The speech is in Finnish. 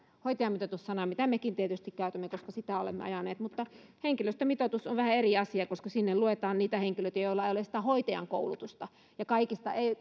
hoitajamitoitus sana mitä mekin tietysti käytämme koska sitä olemme ajaneet mutta henkilöstömitoitus on vähän eri asia koska sinne luetaan niitä henkilöitä joilla ei ole sitä hoitajan koulutusta kaikista ei